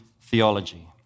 theology